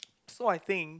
so I think